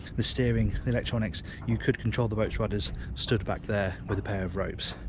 the steering, the electronics, you could control the boat's rudders stood back there with a pair of ropes.